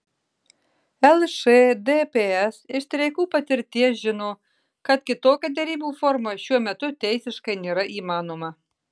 lšdps iš streikų patirties žino kad kitokia derybų forma šiuo metu teisiškai nėra įmanoma